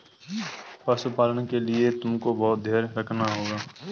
पशुपालन के लिए तुमको बहुत धैर्य रखना होगा